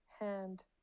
hand